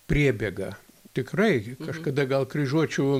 priebėga tikrai kažkada gal kryžiuočių